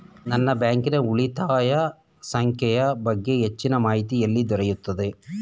ನನ್ನ ಬ್ಯಾಂಕಿನ ಉಳಿತಾಯ ಸಂಖ್ಯೆಯ ಬಗ್ಗೆ ಹೆಚ್ಚಿನ ಮಾಹಿತಿ ಎಲ್ಲಿ ದೊರೆಯುತ್ತದೆ?